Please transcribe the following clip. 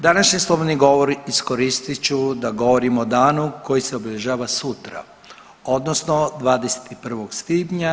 Današnji slobodni govor iskoristit ću da govorim o danu koji se obilježava sutra, odnosno 21. svibnja.